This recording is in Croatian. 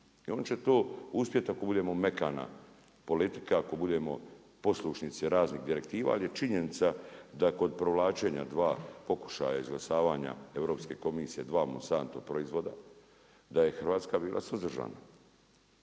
I on će to uspjeti ako budemo mekana politika, ako budemo poslušnici raznim direktiva, ali je činjenica da kod provlačenja dva pokušaja izglasavanja Europske komisije dva Monsanto proizvoda, da je Hrvatska bila suzdržana.